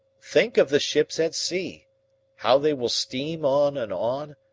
think of the ships at sea how they will steam on and on,